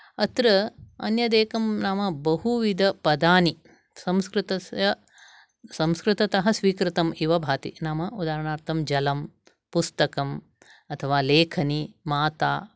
अत्र अन्यदेकं नाम बहुविधपदानि संस्कृतस्य संस्कृततः स्वीकृतम् इव भाति नाम उदारणार्थं जलं पुस्तकं अथवा लेखनी माता